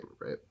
right